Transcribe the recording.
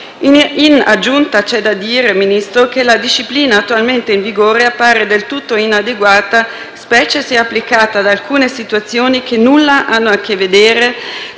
Ministro, c'è da dire che la disciplina attualmente in vigore appare del tutto inadeguata, specie se applicata ad alcune situazioni che nulla hanno a che vedere